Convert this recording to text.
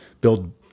build